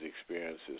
experiences